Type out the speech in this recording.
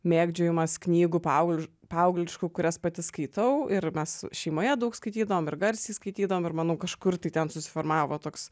mėgdžiojimas knygų paugli paaugliškų kurias pati skaitau ir mes šeimoje daug skaitydavom ir garsiai skaitydavom ir manau kažkur tai ten susiformavo toks